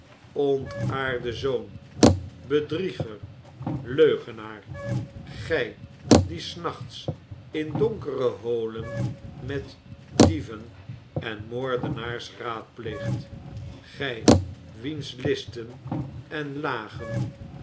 ontaarde zoon bedrieger leugenaar gij die s nachts in donkere holen met dieven en moordenaars raadpleegt gij wiens listen en lagen